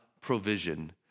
provision